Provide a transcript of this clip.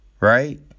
Right